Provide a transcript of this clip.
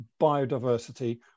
biodiversity